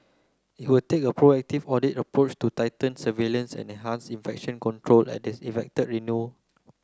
it will take a proactive audit approach to tighten surveillance and enhance infection control at the renal